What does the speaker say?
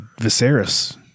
Viserys